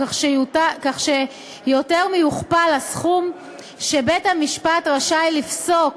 כך שהסכום שבית-המשפט רשאי לפסוק